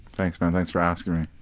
thanks, man. thanks for asking me.